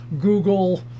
Google